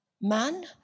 Man